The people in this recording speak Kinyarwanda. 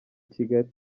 kigali